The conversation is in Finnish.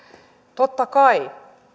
totta kai